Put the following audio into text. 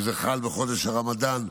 כשזה חל בחודש רמדאן,